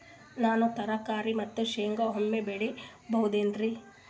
ನಾನು ತರಕಾರಿ ಮತ್ತು ಶೇಂಗಾ ಒಮ್ಮೆ ಬೆಳಿ ಬಹುದೆನರಿ?